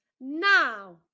now